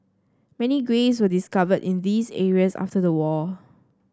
many graves were discovered in these areas after the war